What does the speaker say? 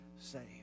saved